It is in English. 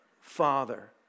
Father